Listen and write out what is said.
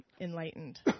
enlightened